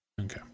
Okay